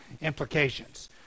implications